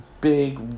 big